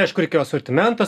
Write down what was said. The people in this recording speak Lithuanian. aišku reikėjo asortimentą